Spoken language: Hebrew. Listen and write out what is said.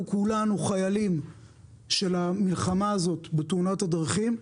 וכולנו חיילים של המלחמה הזאת בתאונות הדרכים,